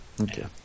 Okay